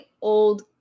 old